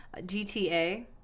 GTA